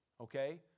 Okay